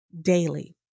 daily